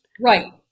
Right